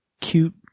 cute